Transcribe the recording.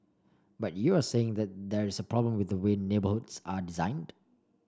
but you're saying that there is problem with the way neighbourhoods are designed